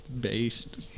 based